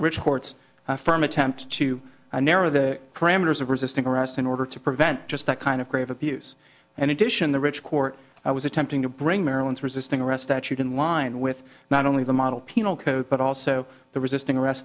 retorts from attempt to narrow the parameters of resisting arrest in order to prevent just that kind of grave abuse and addition the rich court i was attempting to bring maryland's resisting arrest that you can wind with not only the model penal code but also the resisting arrest